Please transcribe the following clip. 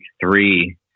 three